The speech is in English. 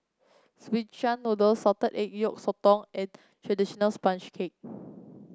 Szechuan Noodle Salted Egg Yolk Sotong and traditional sponge cake